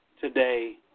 today